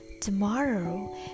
tomorrow